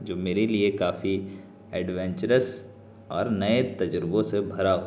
جو میرے لیے کافی ایڈوینچرس اور نئے تجربوں سے بھرا ہوا تھا